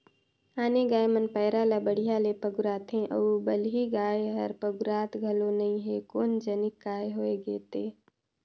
आने गाय मन पैरा ला बड़िहा ले पगुराथे अउ बलही गाय हर पगुरात घलो नई हे कोन जनिक काय होय गे ते